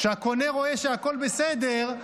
כשהקונה רואה שהכול בסדר,